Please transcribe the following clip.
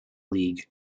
league